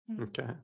Okay